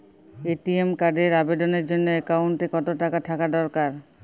ATM কার্ডের আবেদনের জন্য অ্যাকাউন্টে কতো টাকা থাকা দরকার?